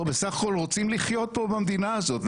אנחנו בסך הכול רוצים לחיות פה במדינה הזאת.